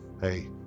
Hey